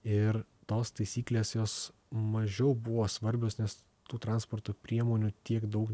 ir tos taisyklės jos mažiau buvo svarbios nes tų transporto priemonių tiek daug